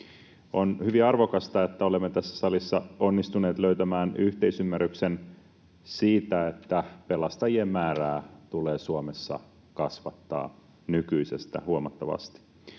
On hyvin arvokasta, että olemme tässä salissa onnistuneet löytämään yhteisymmärryksen siitä, että pelastajien määrää tulee Suomessa kasvattaa nykyisestä huomattavasti.